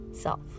self